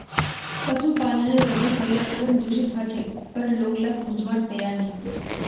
पशुपालनेर वजह पर्यावरण दूषित ह छेक पर लोग ला समझवार तैयार नी